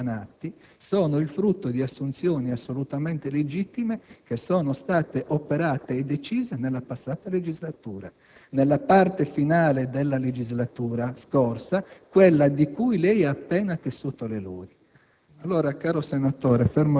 che un gran numero di precari già sanati sono il frutto di assunzioni assolutamente legittime che sono state decise e operate nella parte finale della passata legislatura, quella di cui lei ha appena tessuto le lodi.